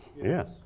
Yes